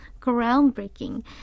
groundbreaking